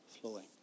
flowing